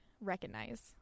recognize